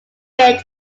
fit